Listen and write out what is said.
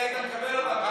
מילא היית מקבל אותם,